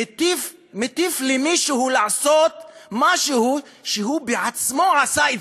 מטיף למישהו לא לעשות משהו שהוא עצמו עשה,